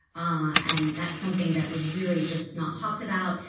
ah and that's something that was really just not talked about.